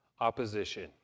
opposition